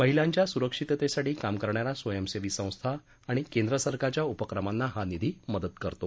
महिलांच्या सुरक्षिततेसाठी काम करणाऱ्या स्वयंसेवी संस्था आणि केंद्र सरकारच्या उपक्रमांना हा निधी मदत करतो